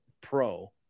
pro